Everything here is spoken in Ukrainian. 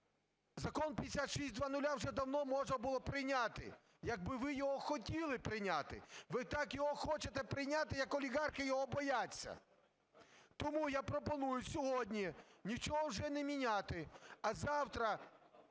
Закон 5600 вже давно можна було б прийняти, якби ви його хотіли прийняти. Ви так його хочете прийняти, як олігархи його бояться. Тому я пропоную сьогодні нічого вже не міняти, а завтра